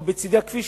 או בצדי הכביש,